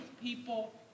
people